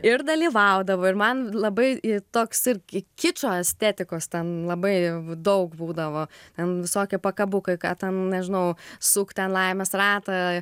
ir dalyvaudavo ir man labai toks ir kičo estetikos ten labai daug būdavo ten visokie pakabukai ką ten nežinau suk ten laimės ratą